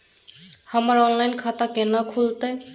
हमर ऑनलाइन खाता केना खुलते?